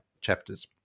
chapters